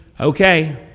Okay